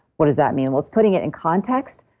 what does that mean? well, it's putting it in context,